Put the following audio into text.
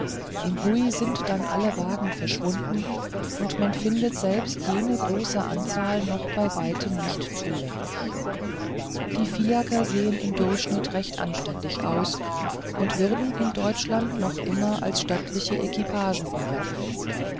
im hui sind dann alle wagen verschwunden und man findet selbst jene große anzahl noch bei weitem nicht zulänglich die fiaker sehen im durchschnitt recht anständig aus und würden in deutschland noch immer als stattliche equipagen paradieren